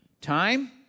time